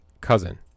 cousin